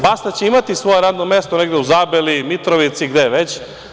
Bastać će imati svoje radno mesto negde u Zabeli, Mitrovici, gde već.